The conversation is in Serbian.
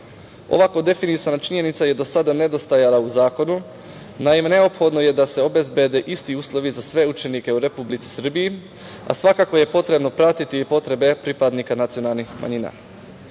Ovako definisana činjenica je do sada nedostajala u zakonu. Naime, neophodno je da se obezbede isti uslovi za sve učenike u Republici Srbiji, a svakako je potrebno pratiti i potrebe pripadnika nacionalnih manjina.